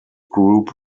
group